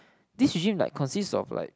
this usually like consist of like